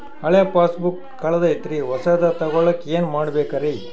ಹಳೆ ಪಾಸ್ಬುಕ್ ಕಲ್ದೈತ್ರಿ ಹೊಸದ ತಗೊಳಕ್ ಏನ್ ಮಾಡ್ಬೇಕರಿ?